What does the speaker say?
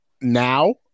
now